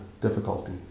difficulty